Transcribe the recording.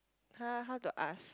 !huh! how to ask